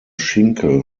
schinkel